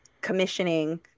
commissioning